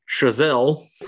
Chazelle